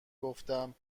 گفتم